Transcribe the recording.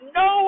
no